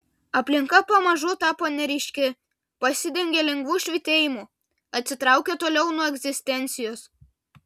aplinka pamažu tapo neryški pasidengė lengvu švytėjimu atsitraukė toliau nuo egzistencijos